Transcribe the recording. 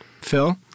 Phil